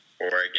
Oregon